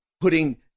putting